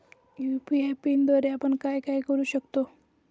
UPI पिनद्वारे आपण काय काय करु शकतो?